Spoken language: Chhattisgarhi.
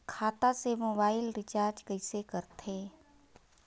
खाता से मोबाइल रिचार्ज कइसे करथे